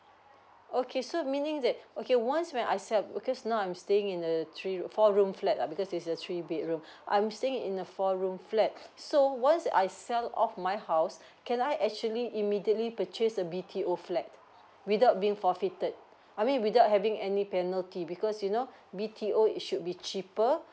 okay so meaning that okay once when I sell because now I'm staying in the three four room flat lah because it's a three bedroom I'm staying in a four room flat so once I sell off my house can I actually immediately purchase a B_T_O flat without being forfeited I mean without having any penalty because you know B_T_O it should be cheaper